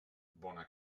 bona